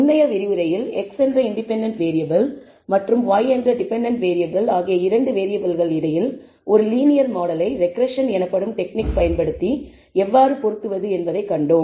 முந்தைய விரிவுரையில் x என்ற இன்டெபென்டென்ட் வேறியபிள் மற்றும் y என்ற டெபென்டென்ட் வேறியபிள் ஆகிய இரண்டு வேறியபிள்கள் இடையில் ஒரு லீனியர் மாடலை ரெக்ரெஸ்ஸன் எனப்படும் டெக்னிக் பயன்படுத்தி எவ்வாறு பொருத்துவது என்பதைக் கண்டோம்